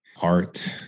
art